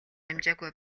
амжаагүй